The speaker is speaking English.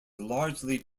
largely